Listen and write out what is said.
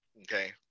okay